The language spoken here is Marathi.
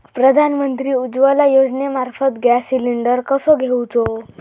प्रधानमंत्री उज्वला योजनेमार्फत गॅस सिलिंडर कसो घेऊचो?